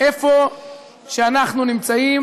במקום שאנחנו נמצאים